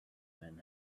man